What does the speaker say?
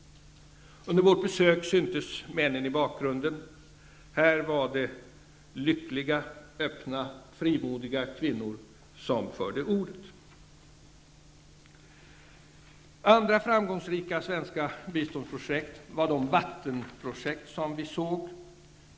Under vårt besök syntes männen i bakgrunden. Här var det lyckliga, öppna, frimodiga kvinnor som förde ordet. Andra framgångsrika svenska biståndsprojekt var de vattenprojekt som vi såg.